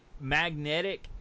Magnetic